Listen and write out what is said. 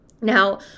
Now